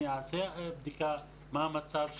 אני אעשה בדיקה מה המצב שלנו,